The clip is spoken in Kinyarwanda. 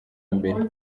mbere